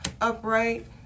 upright